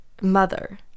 mother